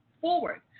forward